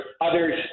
others